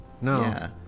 no